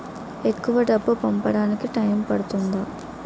ఎక్కువ డబ్బు పంపడానికి టైం పడుతుందా?